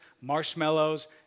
marshmallows